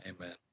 Amen